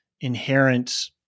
inherent